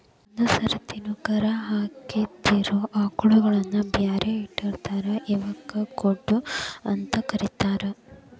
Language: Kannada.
ಒಂದ್ ಸರ್ತಿನು ಕರಾ ಹಾಕಿದಿರೋ ಆಕಳಗಳನ್ನ ಬ್ಯಾರೆ ಇಟ್ಟಿರ್ತಾರ ಇವಕ್ಕ್ ಗೊಡ್ಡ ಅಂತ ಕರೇತಾರ